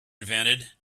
invented